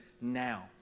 now